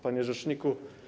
Panie Rzeczniku!